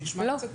לא.